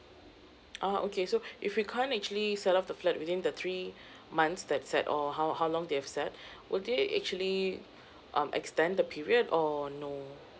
ah okay so if we can't actually sell off the flat within the three months that set or how how long they've set will they actually um extend the period or no